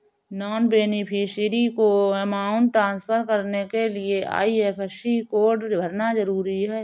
non beneficiary को amount transfer करने के लिए आई.एफ.एस.सी कोड भरना जरूरी है